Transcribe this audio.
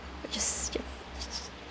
I just get